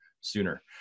sooner